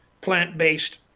plant-based